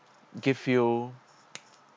give you